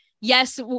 yes